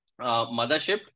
mothership